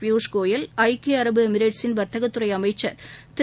பியூஷ்கோயல் ஐக்கிய அரபு எமிரேட்சின் வர்த்தகத்துறை அமைச்சர் திரு